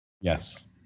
Yes